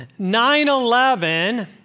9-11